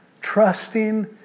Trusting